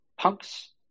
Punks